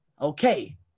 okay